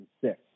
six